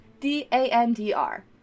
d-a-n-d-r